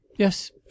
Yes